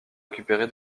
récupérer